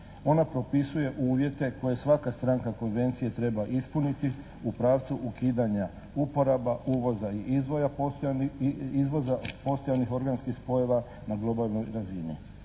Ona propisuje uvjete koje svaka stranka konvencije treba ispuniti u pravcu ukidanja uporaba uvoza i izvoza postojanih organskih spojeva na globalnoj razini.